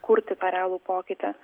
kurti tą realų pokytį